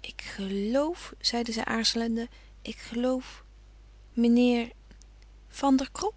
ik geloof zeide zij aarzelende ik geloof mijnheer van der krop